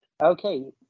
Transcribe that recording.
Okay